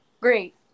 great